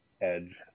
edge